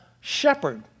shepherd